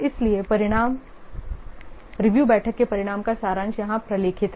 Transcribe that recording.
इसलिए परिणाम रिव्यू बैठक के परिणाम का सारांश यहाँ प्रलेखित है